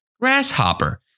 Grasshopper